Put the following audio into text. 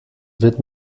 wird